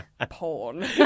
porn